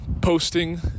posting